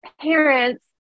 parents